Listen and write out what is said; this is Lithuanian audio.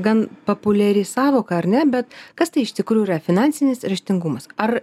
gan populiari sąvoka ar ne bet kas tai iš tikrųjų yra finansinis raštingumas ar